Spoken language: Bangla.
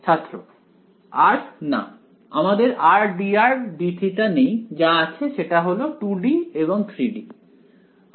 ছাত্র r না আমাদের rdrdθ নেই যা আছে সেটা হল 2 D এবং 3 D